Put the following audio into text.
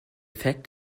fact